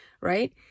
right